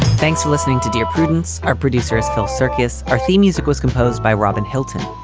thanks for listening to dear prudence, our producers, phil circus. our theme music was composed by robin hilton.